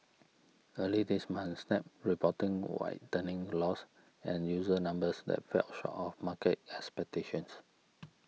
early this month Snap reporting widening loss and user numbers that fell short of market expectations